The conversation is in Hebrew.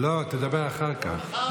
לא, תדבר אחר כך.